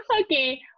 Okay